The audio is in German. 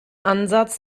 ansatz